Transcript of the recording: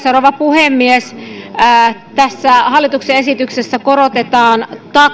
rouva puhemies tässä hallituksen esityksessä korotetaan